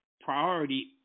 priority